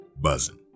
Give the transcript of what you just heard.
buzzing